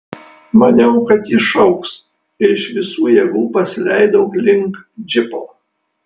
maniau kad ji šauks ir iš visų jėgų pasileidau link džipo